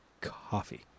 coffee